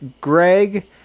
Greg